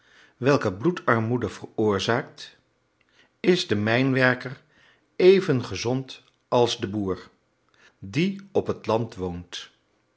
welke bloedarmoede veroorzaakt is de mijnwerker even gezond als de boer die op het land woont